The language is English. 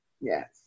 yes